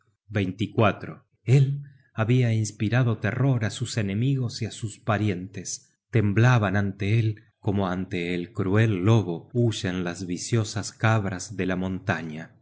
brazos el habia inspirado terror á sus enemigos y á sus parientes temblaban ante él como ante el cruel lobo huyen las viciosas cabras de la montaña